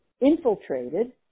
infiltrated